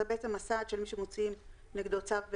זה בעצם הסעד של מי שמוציאים נגדו צו מינהלי.